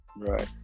Right